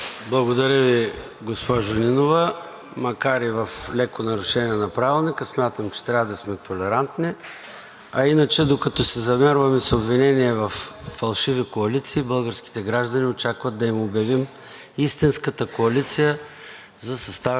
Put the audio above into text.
а иначе, докато се замерваме с обвинения във фалшиви коалиции, българските граждани очакват да им обявим истинската коалиция за съставяне на правителство. Това между другото, малко да разведрим обстановката. Господин Карадайъ, имате думата за изказване.